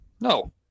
no